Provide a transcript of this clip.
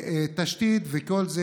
תשתיות וכל זה.